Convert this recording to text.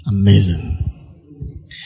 Amazing